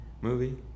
movie